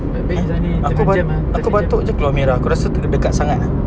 tapi macam ni terancam ah tapi cam